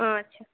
অঁ আচ্ছা